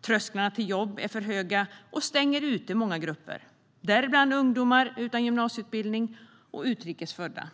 Trösklarna till jobb är för höga och stänger ute många grupper, däribland ungdomar utan gymnasieutbildning och utrikes födda.